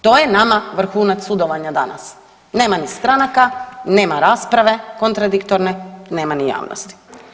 To je nama vrhunac sudovanja danas, nema ni stranaka, nema rasprave kontradiktorne, nema ni javnosti.